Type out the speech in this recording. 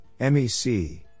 MEC